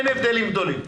אין הבדלים גדולים.